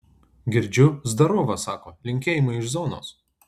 girdžiu zdarova sako linkėjimai iš zonos